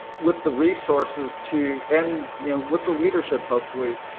with the resources to, and you know with the leadership hopefully,